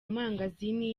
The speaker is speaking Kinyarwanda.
mangazini